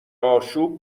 آشوب